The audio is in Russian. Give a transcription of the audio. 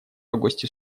августе